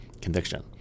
conviction